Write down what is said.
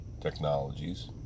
technologies